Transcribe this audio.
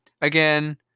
Again